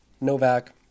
Novak